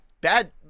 bad